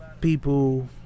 people